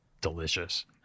delicious